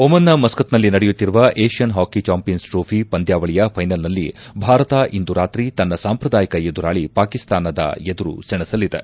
ಓಮನ್ನ ಮಸ್ಕತ್ನಲ್ಲಿ ನಡೆಯುತ್ತಿರುವ Asian hockey champions trophy ಪಂದ್ಯಾವಳಿಯ ಫೈನಲ್ನಲ್ಲಿ ಭಾರತ ಇಂದು ರಾತ್ರಿ ತನ್ನ ಸಾಂಪ್ರದಾಯಿಕ ಎದುರಾಳಿ ಪಾಕಿಸ್ತಾನದ ಎದುರು ಸೆಣಸಲಿದೆ